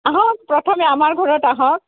আহক প্ৰথমে আমাৰ ঘৰত আহক